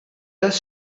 das